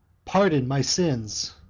pardon my sins.